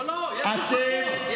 לא, לא, יש הוכחות.